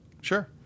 sure